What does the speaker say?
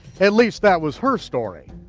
at least, that was her story.